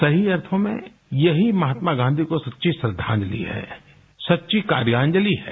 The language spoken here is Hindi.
सही अर्थो में यही महात्मा गाँधी को सच्ची श्रद्धांजलि है सच्ची कार्याजलि है